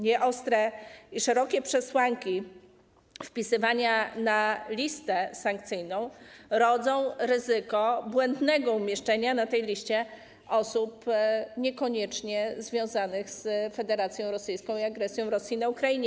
Nieostre i szerokie przesłanki, jeśli chodzi o wpisywanie na listę sankcyjną, rodzą ryzyko błędnego umieszczenia na tej liście osób niekoniecznie związanych z Federacją Rosyjską i agresją Rosji w Ukrainie.